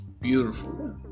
beautiful